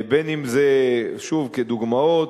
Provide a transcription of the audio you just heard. בין שזה, שוב, כדוגמאות,